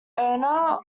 owner